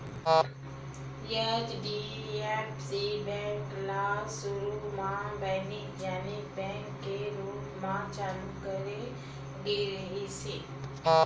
HDFC bank ल सुरू म बानिज्यिक बेंक के रूप म चालू करे गे रिहिस हे